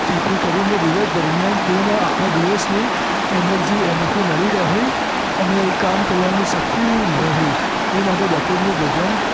જેથી કરીને દિવસ દરમ્યાન પૂર્ણ આખા દિવસની ઍનર્જી એમાંથી મળી રહે અને એ કામ કરવાની શક્તિ રહે એ માટે બપોરનું ભોજન